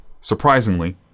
Surprisingly